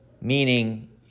meaning